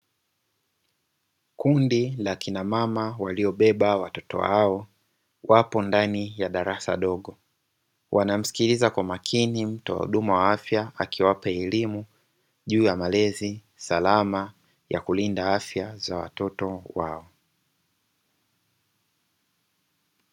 Kundi la kina mama waliobeba watoto wao wapo ndani ya darasa dogo, wanamsikiliza kwa makini mtoa huduma wa afya, akiwapa elimu juu ya malezi salama ya kulinda afya za watoto wao.